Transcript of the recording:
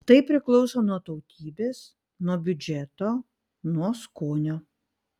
tai priklauso nuo tautybės nuo biudžeto nuo skonio